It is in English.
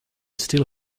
still